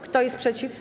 Kto jest przeciw?